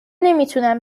نمیتونم